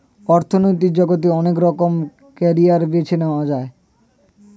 অর্থনৈতিক জগতে অনেক রকমের ক্যারিয়ার বেছে নেয়া যায়